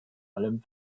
allem